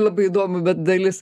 labai įdomu bet dalis